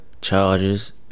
charges